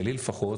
שלי לפחות,